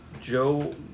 Joe